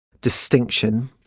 distinction